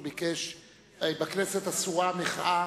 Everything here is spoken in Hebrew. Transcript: בכנסת אסורה מחאה,